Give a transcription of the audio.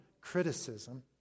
criticism